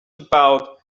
about